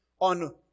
on